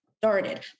started